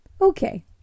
Okay